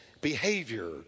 behavior